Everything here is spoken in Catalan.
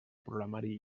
programari